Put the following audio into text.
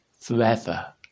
forever